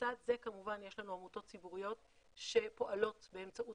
לצד זה כמובן יש לנו עמותות ציבוריות שפועלות באמצעות